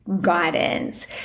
Guidance